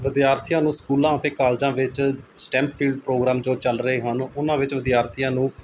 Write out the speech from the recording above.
ਵਿਦਿਆਰਥੀਆਂ ਨੂੰ ਸਕੂਲਾਂ ਅਤੇ ਕਾਲਜਾਂ ਵਿੱਚ ਸਟੈਂਪਫੀਲਡ ਪ੍ਰੋਗਰਾਮ ਜੋ ਚੱਲ ਰਹੇ ਹਨ ਉਹਨਾਂ ਵਿੱਚ ਵਿਦਿਆਰਥੀਆਂ ਨੂੰ